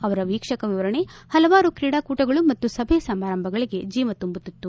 ಅವರ ವೀಕ್ಷಕವಿವರಣೆ ಹಲವಾರು ಕ್ರೀಡಾಕೂಟಗಳು ಮತ್ತು ಸಭೆ ಸಮಾರಂಭಗಳಿಗೆ ಜೀವ ತುಂಬುತ್ತಿತ್ತು